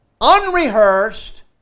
unrehearsed